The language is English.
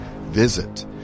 Visit